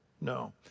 No